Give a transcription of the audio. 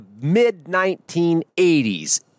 mid-1980s